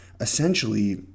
essentially